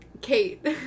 Kate